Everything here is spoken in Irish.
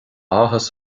áthas